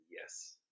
Yes